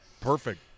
Perfect